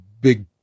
big